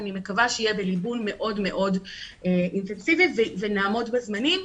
ואני מקווה שתהיה בליבון מאוד מאוד אינטנסיבי ונעמוד בזמנים.